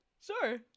Sure